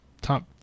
top